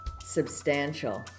substantial